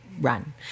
run